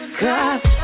cause